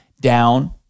down